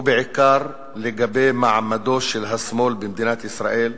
ובעיקר לגבי מעמדו של השמאל במדינת ישראל,